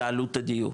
לעלות הדיור.